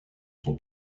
son